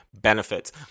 Benefits